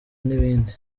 n’ibindi